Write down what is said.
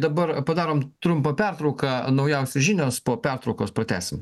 dabar padarom trumpą pertrauką naujausios žinios po pertraukos pratęsim